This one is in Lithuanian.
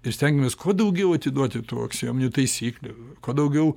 ir stengiamės kuo daugiau atiduoti to aksiominių taisyklių kuo daugiau